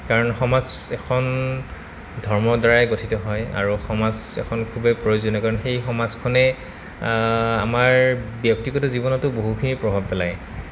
কাৰণ সমাজ এখন ধৰ্মৰ দ্বাৰাই গঠিত হয় আৰু সমাজ এখন খুবেই প্ৰয়োজনীয় কাৰণ সেই সমাজখনে আমাৰ ব্যক্তিগত জীৱনতো বহুখিনি প্ৰভাৱ পেলায়